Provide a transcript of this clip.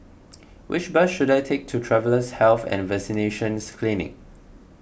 which bus should I take to Travellers' Health and Vaccination Clinic